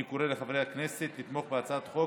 אני קורא לחברי הכנסת לתמוך בהצעת החוק